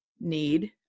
need